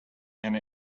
and